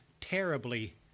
terribly